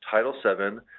title seven,